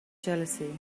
jealousy